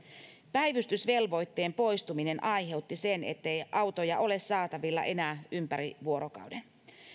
päivystysvelvoitteen poistuminen aiheutti sen ettei autoja ole saatavilla enää ympäri vuorokauden